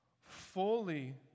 fully